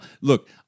Look